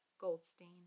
Goldstein